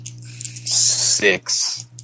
Six